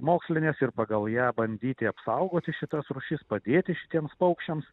mokslinės ir pagal ją bandyti apsaugoti šitas rūšis padėti šitiems paukščiams